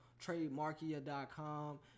trademarkia.com